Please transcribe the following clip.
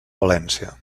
valència